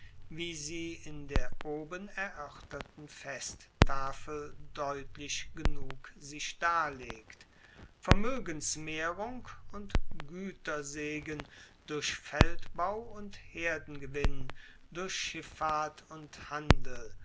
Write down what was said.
wie sie in der oben eroerterten festtafel deutlich genug sich darlegt vermoegensmehrung und guetersegen durch feldbau und herdengewinn durch schiffahrt und handel